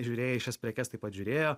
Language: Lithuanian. žiūrėjai šias prekes taip pat žiūrėjo